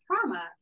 trauma